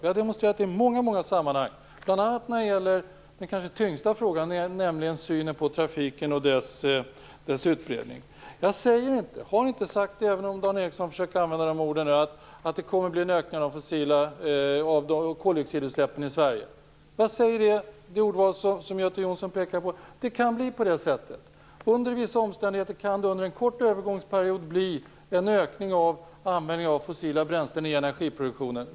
Vi har demonstrerat det i många sammanhang, bl.a. i den kanske tyngsta frågan, nämligen synen på trafiken och dess utbredning. Jag säger inte, och har inte sagt - även om Dan Ericsson försöker använda de orden - att det kommer att bli en ökning av koldioxidutsläppen i Sverige. Jag har använt det ordval Göte Jonsson pekade på, dvs. det kan bli på det sättet. Under vissa omständigheter kan det under en kort övergångsperiod bli en ökning av användningen av fossila bränslen i energiproduktionen.